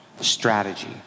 strategy